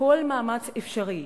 וכל מאמץ אפשרי